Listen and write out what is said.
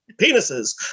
penises